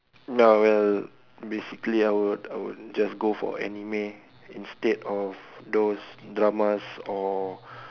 no I will basically I would I would just go for anime instead of those dramas or